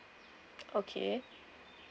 okay